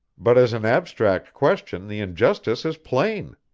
but as an abstract question the injustice is plain,